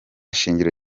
shingiro